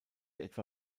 etwa